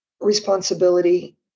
responsibility